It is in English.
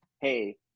hey